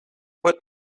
what